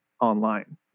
online